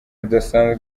rudasanzwe